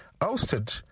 ousted